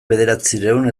bederatziehun